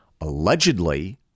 allegedly